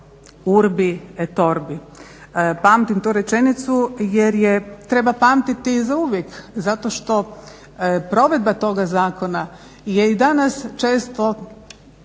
Urbi et Orbi. Pamtim tu rečenicu jer je treba pamtiti zauvijek zato što provedba toga zakona je i danas često